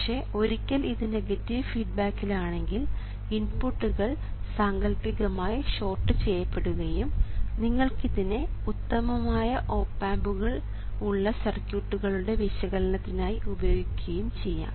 പക്ഷേ ഒരിക്കൽ ഇത് നെഗറ്റീവ് ഫീഡ്ബാക്കിൽ ആണെങ്കിൽ ഇൻപുട്ടുകൾ സാങ്കൽപ്പികമായി ഷോർട്ട് ചെയ്യപ്പെടുകയും നിങ്ങൾക്ക് ഇതിനെ ഉത്തമമായ ആയ ഓപ് ആമ്പുകൾ ഉള്ള സർക്യൂട്ടുകളുടെ വിശകലനത്തിനായി ഉപയോഗിക്കുകയും ചെയ്യാം